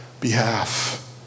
behalf